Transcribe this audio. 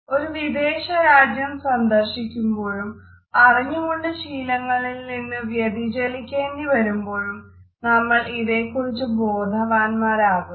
ഒരു വിദേശ രാജ്യം സന്ദർശിക്കുമ്പോഴും അറിഞ്ഞുകൊണ്ട് ശീലങ്ങളിൽ നിന്ന് വ്യതിചലിക്കേണ്ടി വരുമ്പോഴും നമ്മൾ ഇതേക്കുറിച്ച് ബോധവാന്മാരാകുന്നു